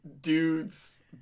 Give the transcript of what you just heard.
dudes